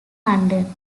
london